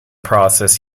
process